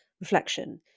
reflection